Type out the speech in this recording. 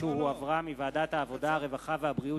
שהחזירה ועדת העבודה, הרווחה והבריאות.